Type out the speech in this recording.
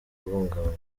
guhungabana